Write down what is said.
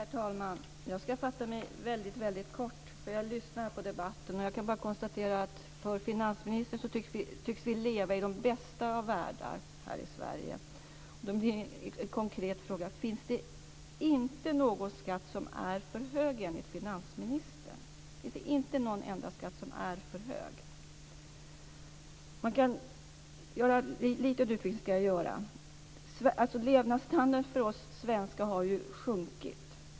Herr talman! Jag ska fatta mig väldigt kort. Jag har lyssnat på debatten och kan bara konstatera att vi här i Sverige enligt finansministern tycks leva i den bästa av världar. Jag vill ställa en konkret fråga: Finns det enligt finansministern inte någon enda skatt som är för hög? Jag ska göra en liten utvikning. Levnadsstandarden har ju sjunkit för oss svenskar.